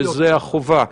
וזו החובה.